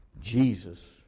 Jesus